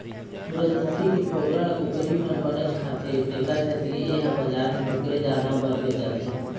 सूरजमूखी के फोकला ल कुकरी मन बनेच खाथे तेखर सेती ए ह बजार म कुकरी दाना बर बेचाथे